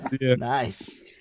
Nice